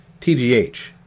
TGH